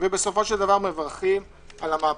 ובסופו של דבר מברכים על המהפכה.